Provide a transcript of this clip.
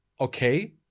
okay